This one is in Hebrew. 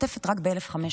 משתתפת רק ב-1,500.